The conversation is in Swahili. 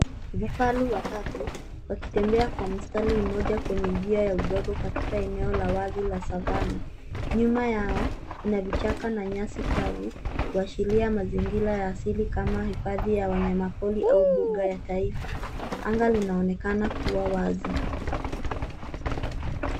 Vifaru watatu wakitembea kwa mstari moja kwenye njia ya udongo katika eneo la wazi la savana. Nyuma yao kuna vichaka na nyasi kavu kuashiria mazingira ya asili kama hifadhi ya wanyamapori au mbuga ya taifa. Anga linaonekana kuwa wazi.